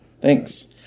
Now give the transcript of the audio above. thanks